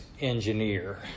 engineer